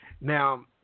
Now